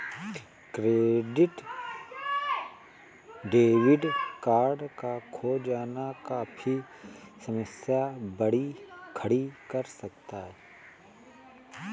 credit debit card का खो जाना काफी समस्या खड़ी कर देता है